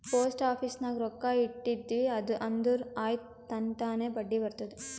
post office ನಾಗ್ ರೊಕ್ಕಾ ಇಟ್ಟಿದಿ ಅಂದುರ್ ಆಯ್ತ್ ತನ್ತಾನೇ ಬಡ್ಡಿ ಬರ್ತುದ್